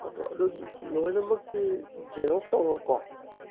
ꯑꯗꯣ ꯑꯗꯨ ꯂꯣꯏꯅꯃꯛꯇꯤ ꯖꯦꯔꯣꯛꯁ ꯇꯧꯔꯣꯀꯣ